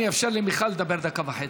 ואני אאפשר למיכל לדבר דקה וחצי.